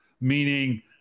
meaning